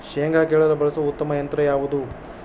ಶೇಂಗಾ ಕೇಳಲು ಬಳಸುವ ಉತ್ತಮ ಯಂತ್ರ ಯಾವುದು?